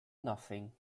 nothing